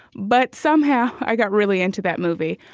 but somehow i got really into that movie.